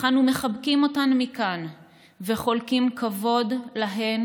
אך אנו מחבקים אותן מכאן וחולקים כבוד להן